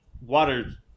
Water